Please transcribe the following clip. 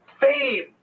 fame